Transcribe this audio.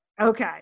Okay